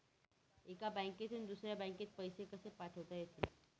एका बँकेतून दुसऱ्या बँकेत पैसे कसे पाठवता येतील?